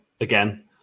again